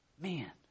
Man